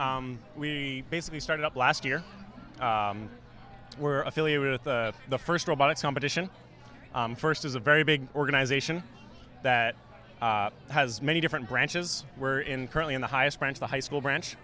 team we basically started up last year were affiliated with the first robotics competition first is a very big organization that has many different branches where in currently in the highest ranks the high school branch